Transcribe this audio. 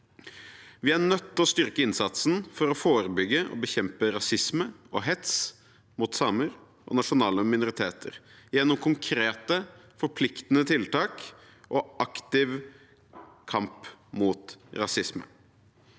Vi er nødt til å styrke innsatsen for å forebygge og bekjempe rasisme og hets mot samer og nasjonale minoriteter gjennom konkrete, forpliktende tiltak og aktiv kamp mot rasisme.